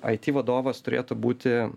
aiti vadovas turėtų būti